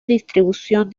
distribución